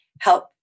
help